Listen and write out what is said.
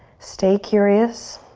stay curious.